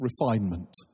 refinement